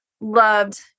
loved